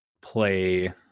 play